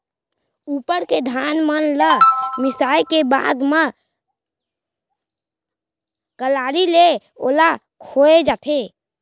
उप्पर के धान मन ल मिसाय के बाद म कलारी ले ओला खोय जाथे